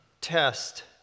test